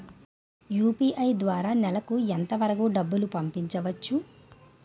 UPI ద్వారా నెలకు ఎంత వరకూ డబ్బులు పంపించవచ్చు?